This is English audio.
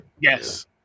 Yes